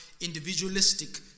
individualistic